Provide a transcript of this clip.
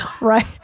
Right